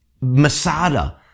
Masada